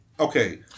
Okay